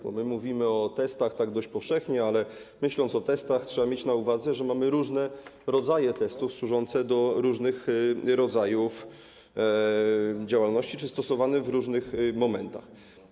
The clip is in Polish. Bo my mówimy o testach dość powszechnie, ale myśląc o testach, trzeba mieć na uwadze, że mamy różne rodzaje testów, służące do różnych rodzajów działalności czy stosowane w różnych momentach.